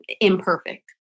imperfect